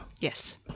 Yes